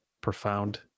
Profound